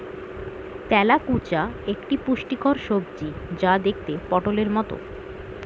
তেলাকুচা একটি পুষ্টিকর সবজি যা দেখতে পটোলের মতো